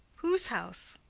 whose house?